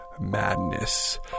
Madness